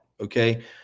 okay